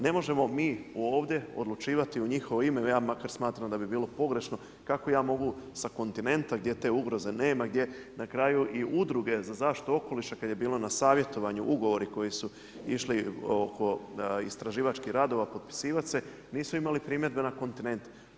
Ne možemo mi ovdje odlučivati u njihovo ime, makar ja smatram da bi bilo pogrešno, kako ja mogu sa kontinenta, gdje te ugroze nema, gdje, na kraju i udruge za zaštite okoliša, kad je bilo na savjetovanje, ugovori koji su išli oko istraživačkih radova, potpisivati se, nisu imali primjedbe na kontinente.